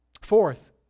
Fourth